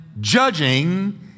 judging